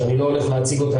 שאני לא הולך להציג אותה,